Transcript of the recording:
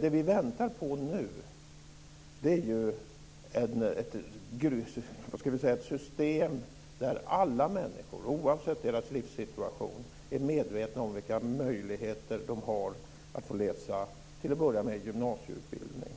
Det vi väntar på nu är ju ett system där alla människor oavsett livssituation är medvetna om vilka möjligheter de har att få läsa till att börja med gymnasieutbildning.